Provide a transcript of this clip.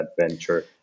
adventure